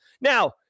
Now